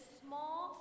small